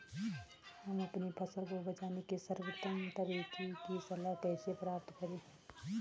हम अपनी फसल को बचाने के सर्वोत्तम तरीके की सलाह कैसे प्राप्त करें?